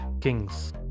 kings